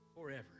forever